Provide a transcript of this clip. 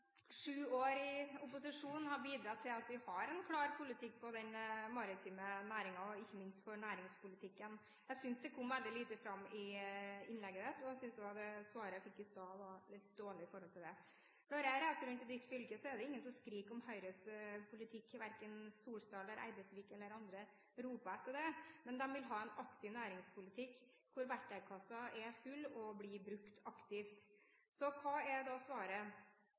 sju år i opposisjon har bidratt til at Høyre har en klar politikk for den maritime næringen og ikke minst for næringspolitikken. Jeg synes det kom veldig lite fram i innlegget hans, og jeg synes det svaret jeg fikk av ham i stad, var dårlig med hensyn til dette. Når jeg reiser rundt i hans fylke, er det ingen som skriker etter Høyres politikk. Verken Solstad eller Eidesvik eller andre roper etter den, men de vil ha en aktiv næringspolitikk hvor verktøykassen er full og blir brukt aktivt. Så hva er da svaret?